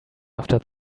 after